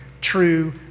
true